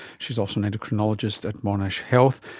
she's also an endocrinologist at monash health.